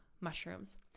mushrooms